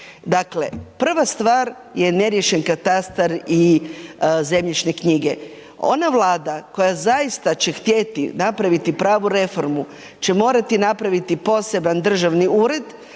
Dakle, prva stvar je neriješen katastar i zemljišne knjige. Ona Vlada koja zaista će htjeti napraviti pravu reformu će morati napraviti poseban državni ured,